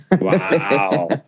Wow